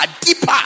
deeper